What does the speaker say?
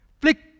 Flick